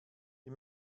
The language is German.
die